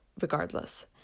regardless